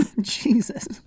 Jesus